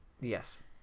Yes